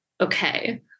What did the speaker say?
okay